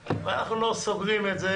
ואנחנו לא סובלים את זה